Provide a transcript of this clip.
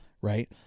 right